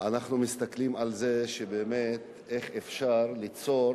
אנחנו מסתכלים על זה שבאמת, איך אפשר ליצור